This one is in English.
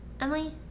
Emily